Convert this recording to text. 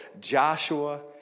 Joshua